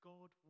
God